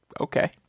Okay